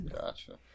gotcha